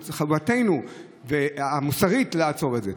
חובתנו המוסרית לעצור את זה.